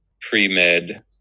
pre-med